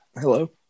Hello